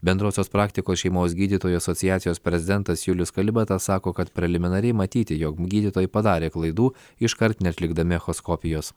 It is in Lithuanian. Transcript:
bendrosios praktikos šeimos gydytojų asociacijos prezidentas julius kalibatas sako kad preliminariai matyti jog gydytojai padarė klaidų iškart neatlikdami echoskopijos